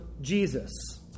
Jesus